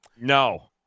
No